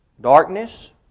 Darkness